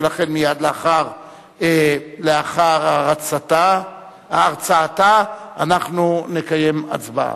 ולכן מייד לאחר הרצאתה אנחנו נקיים הצבעה.